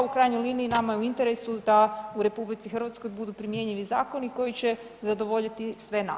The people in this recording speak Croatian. U krajnjoj liniji nama je u interesu da u RH budu primjenjivi zakoni koji će zadovoljiti sve nas.